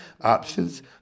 options